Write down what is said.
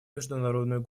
международную